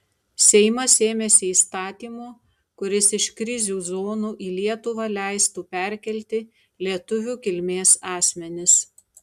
seimas ėmėsi įstatymo kuris iš krizių zonų į lietuvą leistų perkelti lietuvių kilmės asmenis